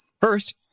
First